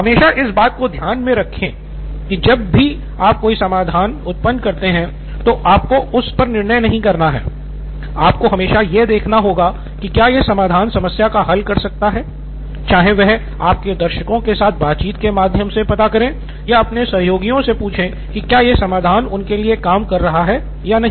हमेशा इस बात को ध्यान में रखें कि जब भी आप कोई समाधान उत्पन्न करते हैं तो आपको उस पर निर्णय नहीं करना है आपको हमेशा यह देखना होगा कि क्या यह समाधान समस्या का हल कर सकता है चाहे वह आप दर्शकों के साथ बातचीत के माध्यम से पता करे या अपने सहयोगियों से पूछे की क्या यह समाधान उनके लिए काम कर रहा है या नहीं